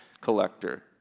collector